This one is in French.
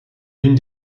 l’une